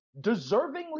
deservingly